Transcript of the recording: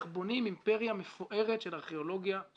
בונים אימפריה מפוארת של ארכיאולוגיה,